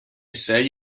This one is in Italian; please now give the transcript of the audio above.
sei